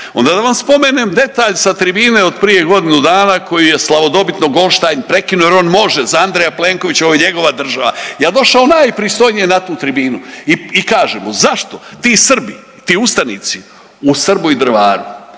Onda da vam spomenem detalj sa tribine od prije godinu dana koji je slavodobitno Goldstein prekinuo jer on može za Andreja Plenkovića, ovo je njegova država. Ja došao najpristojnije na tu tribinu i kažem mu zašto ti Srbi, ti ustanici u Srbu i Drvaru